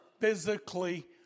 physically